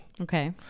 Okay